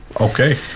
Okay